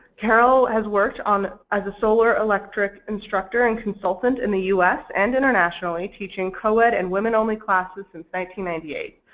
carol has worked on as a solar electric instructor and consultant in the u s. and internationally teaching coed and women only classes since ninety ninety eight.